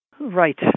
Right